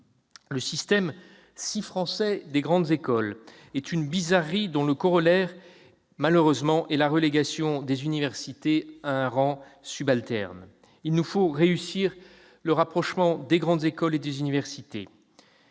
Le système, si français, des grandes écoles est une bizarrerie dont le corollaire est malheureusement la relégation des universités à un rang subalterne. Il nous faut réussir le rapprochement des grandes écoles et des universités.